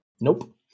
Nope